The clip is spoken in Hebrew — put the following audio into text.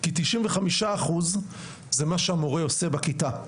כי 95 אחוז זה מה שהמורה עושה בכיתה,